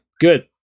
good